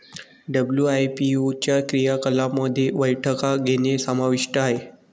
WIPO च्या क्रियाकलापांमध्ये बैठका घेणे समाविष्ट आहे